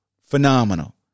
phenomenal